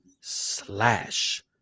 slash